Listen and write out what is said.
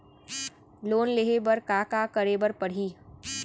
Loan लेहे बर का का का करे बर परहि?